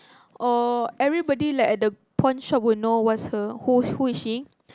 or everybody like at the pawn shop will know what's her who who is she